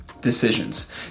decisions